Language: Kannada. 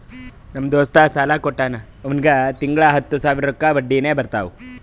ನಮ್ ದೋಸ್ತ ಸಾಲಾ ಕೊಟ್ಟಾನ್ ಅವ್ನಿಗ ತಿಂಗಳಾ ಹತ್ತ್ ಸಾವಿರ ರೊಕ್ಕಾ ಬಡ್ಡಿನೆ ಬರ್ತಾವ್